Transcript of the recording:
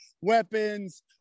weapons